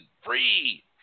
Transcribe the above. free